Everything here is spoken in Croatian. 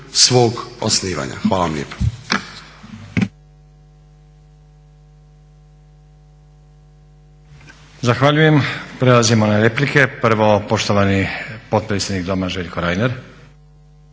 svog osnivanja. Hvala vam lijepa.